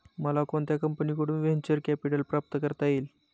मला कोणत्या कंपनीकडून व्हेंचर कॅपिटल प्राप्त करता येईल?